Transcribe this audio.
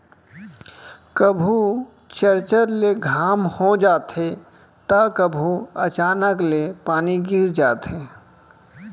कभू चरचर ले घाम हो जाथे त कभू अचानक ले पानी गिर जाथे